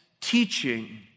teaching